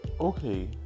Okay